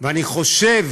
אני חושב